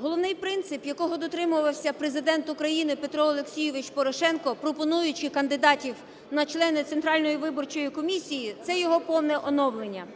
головний принцип, якого дотримувався Президент України Петро Олексійович Порошенко, пропонуючи кандидатів на члени Центральної виборчої комісії, це його повне оновлення.